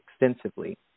extensively